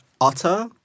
Otter